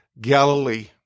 Galilee